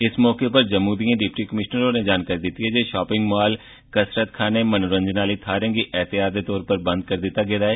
इस मौके उप्पर जम्मू दिए डिप्टी कमिशनर होरे जानकारी दित्ती जे शापिंग माल कसरतखाने मनोरंजन आह्लिएं थाह्रें गी एहतियात दे तौर उप्पर बंद करी दित्ता गेदा ऐ